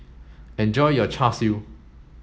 enjoy your Char Siu